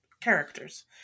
characters